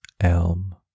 elm